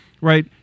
right